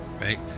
right